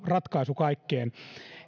ratkaisu kaikkeen